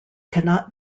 cannot